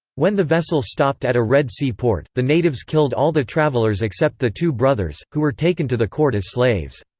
when the vessel stopped at a red sea port, the natives killed all the travelers except the two brothers, who were taken to the court as slaves.